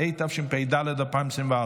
התשפ"ד 2024,